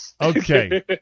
Okay